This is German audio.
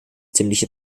ziemliche